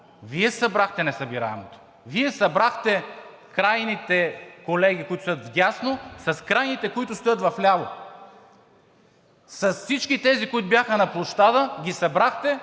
Вие събрахте несъбираемото. Вие събрахте крайните колеги, които са вдясно, с крайните, които стоят вляво. Всички тези, които бяха на площада, ги събрахте,